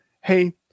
hey